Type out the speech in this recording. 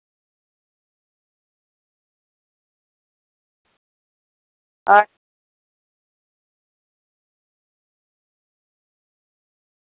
आं